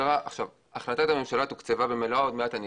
החלטת הממשלה תוקצבה במלואה ותכף אני